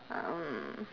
um